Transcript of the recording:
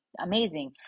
amazing